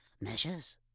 Measures